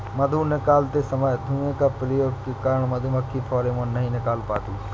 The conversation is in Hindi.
मधु निकालते समय धुआं का प्रयोग के कारण मधुमक्खी फेरोमोन नहीं निकाल पाती हैं